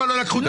במחיר?